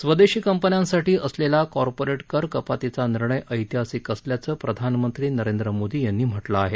स्वदेशी कंपन्यांसाठी असलेला कॉर्पोरेट कर कपातीचा निर्णय ऐतिहासिक असल्याचं प्रधानमंत्री नरेंद्र मोदी यांनी म्हटलं आहे